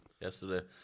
yesterday